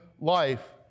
life